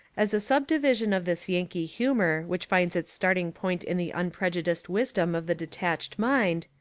as a subdivision of this yankee humour which finds its starting point in the unprejudiced wisdom of the detached mind,